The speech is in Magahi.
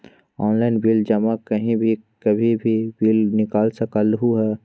ऑनलाइन बिल जमा कहीं भी कभी भी बिल निकाल सकलहु ह?